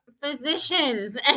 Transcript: physicians